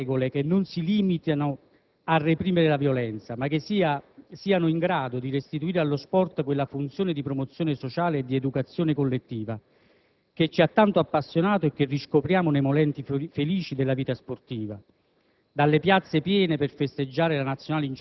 Sta alla nostra responsabilità definire regole che non si limitino a reprimere la violenza, ma che siano in grado di restituire allo sport quella funzione di promozione sociale e di educazione collettiva che ci ha tanto appassionato e che riscopriamo nei momenti felici della vita sportiva,